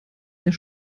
der